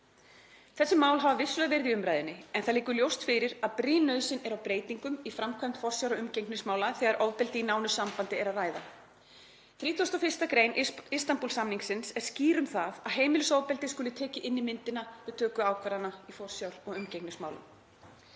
Þessi mál hafa vissulega verið í umræðunni en það liggur ljóst fyrir að brýn nauðsyn er á breytingum í framkvæmd forsjár- og umgengnismála þegar um ofbeldi í nánu sambandi er að ræða. 31. gr. Istanbúl-samningsins er skýr um það að heimilisofbeldi skuli tekið inn í myndina við töku ákvarðana í forsjár- og umgengnismálum.